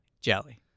Jelly